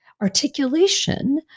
articulation